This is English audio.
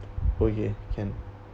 okay can